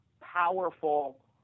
powerful